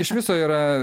iš viso yra